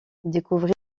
découvrir